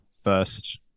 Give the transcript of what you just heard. first